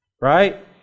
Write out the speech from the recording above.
Right